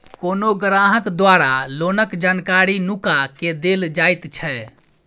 कोनो ग्राहक द्वारा लोनक जानकारी नुका केँ देल जाएत छै